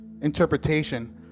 interpretation